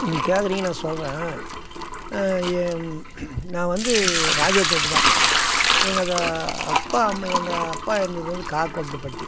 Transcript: நீங்கள் கேக்கிறீங்க நான் சொல்கிறேன் நான் வந்து ராஜா தோப்பு தான் எங்கள் அப்பா அம்மா எங்கள் அப்பா இருந்தது வந்து காக்கொரத்தப்பட்டி